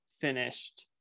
finished